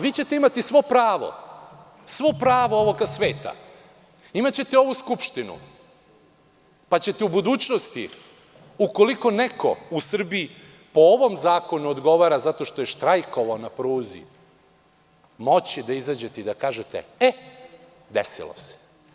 Vi ćete imati svo pravo ovog sveta, imaćete ovu Skupštinu, pa ćete u budućnosti, ukoliko neko u Srbiji po ovom zakonu odgovara zato što je štrajkovao na pruzi, moći da izađete i da kažete – e, desilo se.